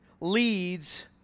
leads